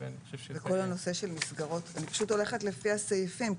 אני הולכת לפי הסעיפים.